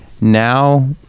now